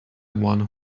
one